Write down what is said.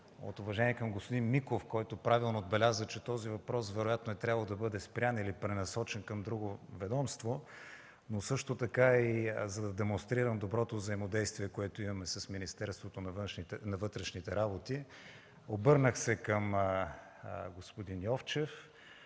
от уважение към господин Миков, който правилно отбеляза, че този въпрос вероятно е трябвало да бъде спрян или пренасочен към друго ведомство, но също така и за да демонстрирам доброто взаимодействие, което имаме с Министерството на вътрешните работи, обърнах се към господин Йовчев